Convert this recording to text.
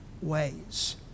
ways